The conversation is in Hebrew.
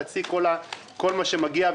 חצי כל מה שמגיע.